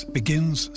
begins